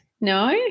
No